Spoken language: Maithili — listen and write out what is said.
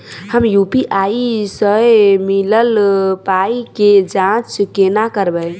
हम यु.पी.आई सअ मिलल पाई केँ जाँच केना करबै?